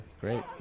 Great